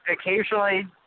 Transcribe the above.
occasionally